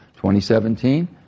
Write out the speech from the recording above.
2017